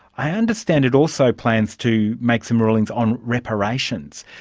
i understand it also plans to make some rulings on reparations.